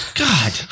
God